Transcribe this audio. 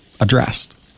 addressed